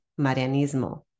Marianismo